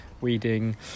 weeding